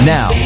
Now